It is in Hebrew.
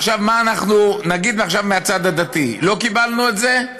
עכשיו, נגיד מהצד הדתי, לא קיבלנו את זה?